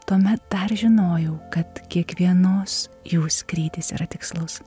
tuomet dar žinojau kad kiekvienos jų skrydis yra tikslus